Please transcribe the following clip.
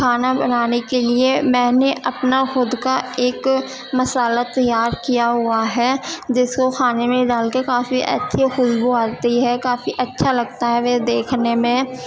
کھانا بنانے کے لیے میں نے اپنا خود کا ایک مسالہ تیار کیا ہوا ہے جس کو کھانے میں ڈال کے کافی اچھی خوشبو آتی ہے کافی اچھا لگتا ہے وہ دیکھنے میں